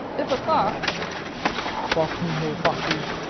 if a fox fox me no foxes!